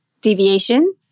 deviation